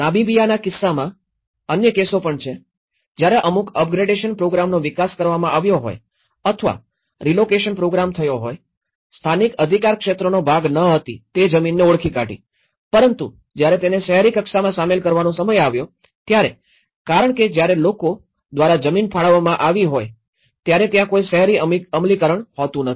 નમિબીઆના કિસ્સામાં અન્ય કેસો પણ છે જ્યારે અમુક અપ ગ્રેડેશન પ્રોગ્રામનો વિકાસ કરવામાં આવ્યો હોય અથવા રિલોકેશન પ્રોગ્રામ થયો હોય સ્થાનિક અધિકારક્ષેત્રનો ભાગ ન હતી તે જમીનને ઓળખી કાઢી પરંતુ જયારે તેને શહેરી કક્ષામાં શામેલ કરવાનો સમય આવ્યો આવ્યો ત્યારે કારણ કે જ્યારે લોકો દ્વારા જમીન ફાળવવામાં આવી હોય ત્યારે ત્યાં કોઈ શહેરી અમલીકરણ હોતું નથી